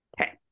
Okay